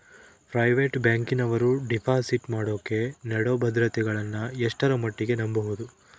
Private ಬ್ಯಾಂಕಿನವರು deposit ಮಾಡೋಕೆ ನೇಡೋ ಭದ್ರತೆಗಳನ್ನು ಎಷ್ಟರ ಮಟ್ಟಿಗೆ ನಂಬಬಹುದು?